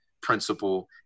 principle